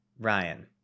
Ryan